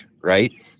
right